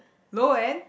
Loann